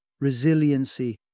resiliency